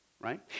right